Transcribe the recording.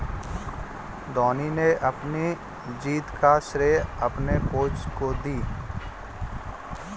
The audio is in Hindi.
धोनी ने अपनी जीत का श्रेय अपने कोच को दी